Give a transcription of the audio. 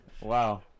wow